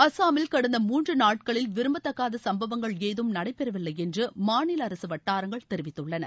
அஸ்ஸாமில் கடந்த மூன்று நாட்களில் விரும்பத்தகாத சம்பவங்கள் ஏதும் நடைபெறவில்லை என்று மாநில அரசு வட்டாரங்கள் தெரிவித்துள்ளன